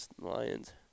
Lions